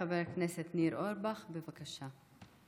חבר הכנסת ניר אורבך, בבקשה.